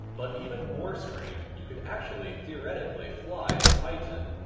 but even more strange, you could actually theoretically fly on titan.